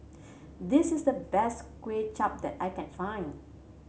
this is the best Kuay Chap that I can find